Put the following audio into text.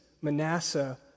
Manasseh